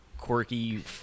quirky